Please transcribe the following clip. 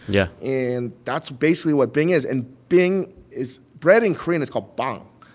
yeah and that's basically what bing is and bing is bread in korean is called bong,